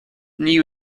new